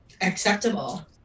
acceptable